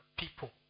people